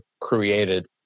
created